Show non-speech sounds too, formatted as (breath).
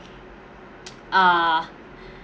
(noise) uh (breath)